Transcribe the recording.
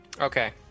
Okay